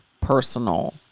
personal